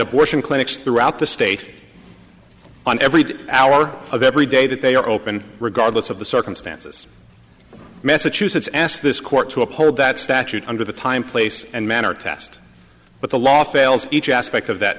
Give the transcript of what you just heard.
abortion clinics throughout the state on every hour of every day that they are open regardless of the circumstances massachusetts asked this court to uphold that statute under the time place and manner test but the law fails each aspect of that